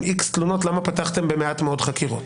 איקס תלונות למה פתחתם במעט חקירות,